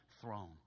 throne